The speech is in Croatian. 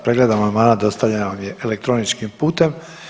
Pregled amandmana dostavljen vam je elektroničkim putem.